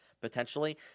potentially